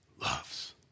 loves